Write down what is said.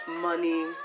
money